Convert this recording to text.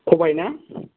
खबाय ना